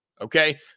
Okay